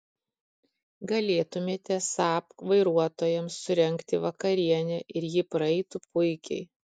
galėtumėte saab vairuotojams surengti vakarienę ir ji praeitų puikiai